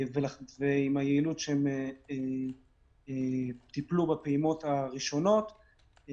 ועם היעילות שהם טיפלו בפעימות הראשונות.